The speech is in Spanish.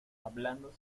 hablando